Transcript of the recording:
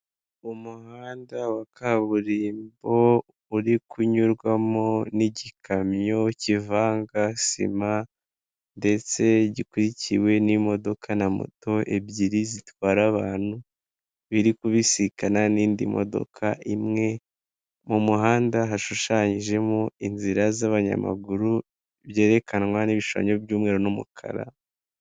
Umuhanda wa kaburimbo uri kunyurwamo n'igikamyo kivanga sima ndetse gikurikiwe n'imodoka na moto ebyiri zitwara abantu, biri kubisikana n'indi modoka imwe mu muhanda hashushanyijemo inzira z'abanyamaguru byerekanwa n'ibishushanyo by'umweru n'umukara.